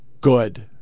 good